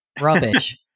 Rubbish